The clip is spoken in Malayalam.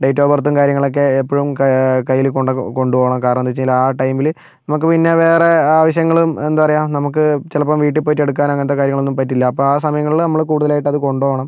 ഡേറ്റ് ഓഫ് ബർത്തും കാര്യങ്ങളൊക്കെ എപ്പോഴും ക കയ്യിൽ കൊണ്ടു കൊണ്ടു പോകണം കാരണം എന്താണെന്ന് വെച്ച് കഴിഞ്ഞാൽ ആ ടൈമിൽ നമുക്ക് പിന്നെ വേറെ ആവശ്യങ്ങളും എന്താ പറയുക നമുക്ക് ചിലപ്പം വീട്ടിൽ പോയിട്ട് എടുക്കാൻ അങ്ങനത്തെ കാര്യങ്ങളൊന്നും പറ്റില്ല അപ്പം ആ സമയങ്ങളിൽ നമ്മളത് കൂടുതലായിട്ട് അത് കൊണ്ട് പോകണം